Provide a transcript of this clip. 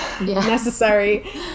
necessary